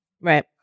Right